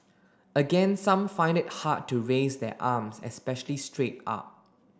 again some find it hard to raise their arms especially straight up